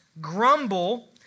grumble